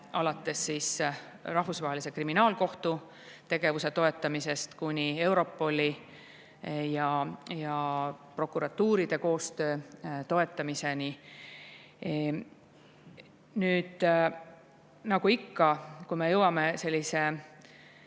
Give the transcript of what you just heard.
alates Rahvusvahelise Kriminaalkohtu tegevuse toetamisest kuni Europoli ja prokuratuuride koostöö toetamiseni. Nagu ikka, kui me jõuame